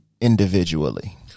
individually